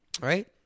right